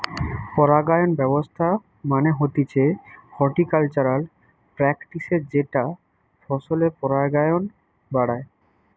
পরাগায়ন ব্যবস্থা মানে হতিছে হর্টিকালচারাল প্র্যাকটিসের যেটা ফসলের পরাগায়ন বাড়ায়